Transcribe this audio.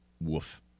woof